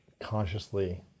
consciously